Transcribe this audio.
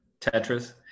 tetris